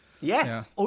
Yes